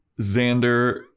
Xander